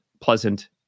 pleasant